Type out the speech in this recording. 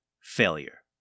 Failure